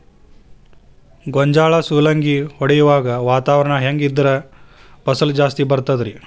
ಗೋಂಜಾಳ ಸುಲಂಗಿ ಹೊಡೆಯುವಾಗ ವಾತಾವರಣ ಹೆಂಗ್ ಇದ್ದರ ಫಸಲು ಜಾಸ್ತಿ ಬರತದ ರಿ?